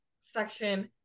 section